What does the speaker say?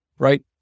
right